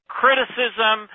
criticism